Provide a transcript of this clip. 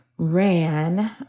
ran